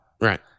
Right